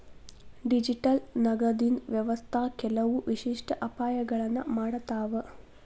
digital ನಗದಿನ್ ವ್ಯವಸ್ಥಾ ಕೆಲವು ವಿಶಿಷ್ಟ ಅಪಾಯಗಳನ್ನ ಮಾಡತಾವ